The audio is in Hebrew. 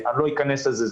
לא אכנס לזה,